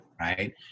right